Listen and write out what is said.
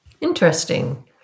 Interesting